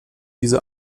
diese